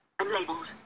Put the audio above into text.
unlabeled